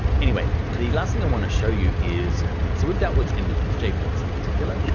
anyway, the last thing i wanna show you is, so we've dealt with images, jpeg in particular.